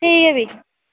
ठीक है फ्ही